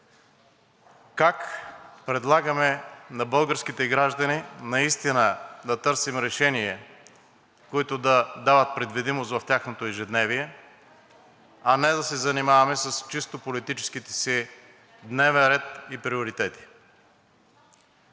Как предлагаме на българските граждани наистина да търсим решения, които да дават предвидимост в тяхното ежедневие, а не да се занимаваме с чисто политическите си дневен ред и приоритети?